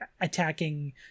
attacking